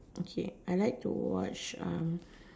okay I like to watch